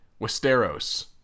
Westeros